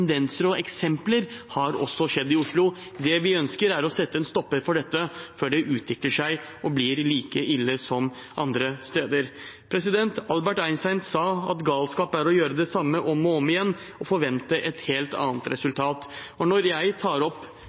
tendenser og eksempler, det har også skjedd i Oslo. Det vi ønsker, er å sette en stopper for dette før det utvikler seg og blir like ille som andre steder. Albert Einstein sa at galskap er å gjøre det samme om og om igjen og forvente et helt annet resultat. Når jeg tar opp